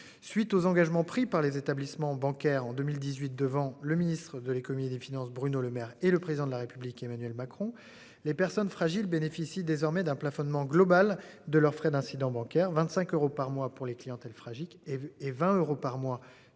suite aux engagements pris par les établissements bancaires en 2018 devant le ministre de l'Économie et des Finances Bruno Lemaire et le président de la République Emmanuel Macron les personnes fragiles bénéficient désormais d'un plafonnement global de leurs frais d'incident bancaire. 25 euros par mois pour les clientèles fragiles et 20 euros par mois